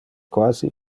quasi